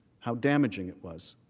how damaging it was.